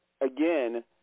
again